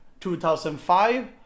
2005